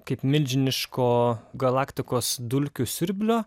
kaip milžiniško galaktikos dulkių siurblio